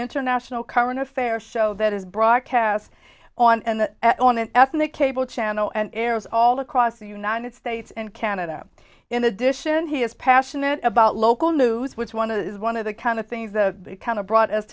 international current affairs show that is broadcast on and on an ethnic cable channel and arrows all across the united states and canada in addition he is passionate about local news which one of those is one of the kind of things the kind of brought us